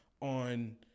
on